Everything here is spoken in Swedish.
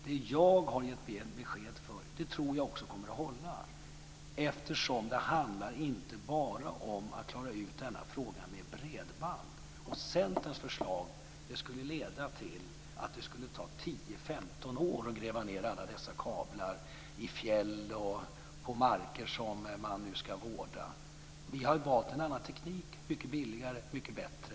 Det jag har gett besked om tror jag också kommer att hålla, eftersom det inte bara handlar om att klara ut frågan om bredband. Centerns förslag skulle leda till att det tar 10-15 år att gräva ned alla dessa kablar i fjäll och på marker som man ska vårda. Vi har valt en annan teknik, som är mycket billigare och mycket bättre.